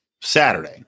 Saturday